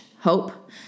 hope